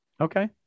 Okay